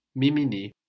Mimini